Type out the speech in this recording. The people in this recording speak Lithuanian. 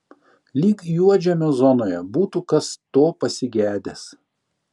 lyg juodžemio zonoje būtų kas to pasigedęs